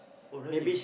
oh really